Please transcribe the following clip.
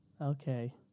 Okay